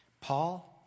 Paul